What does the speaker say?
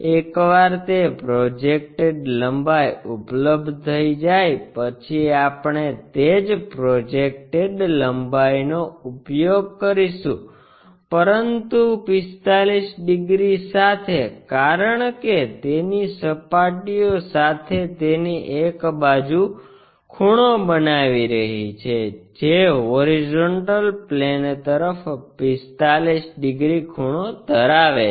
એકવાર તે પ્રોજેક્ટેડ લંબાઈ ઉપલબ્ધ થઈ જાય પછી આપણે તે જ પ્રોજેક્ટેડ લંબાઈનો ઉપયોગ કરીશું પરંતુ 45 ડિગ્રી સાથે કારણ કે તેની સપાટીઓ સાથે તેની એક બાજુ ખૂણો બનાવી રહી છે જે હોરીઝોન્ટલ પ્લેન તરફ 45 ડિગ્રી ખૂણો ધરાવે છે